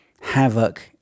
havoc